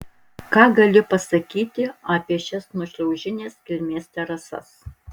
ką gali pasakyti apie šias nuošliaužinės kilmės terasas